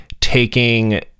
taking